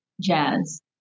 Jazz